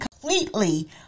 completely